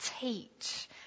teach